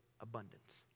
abundance